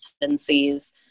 tendencies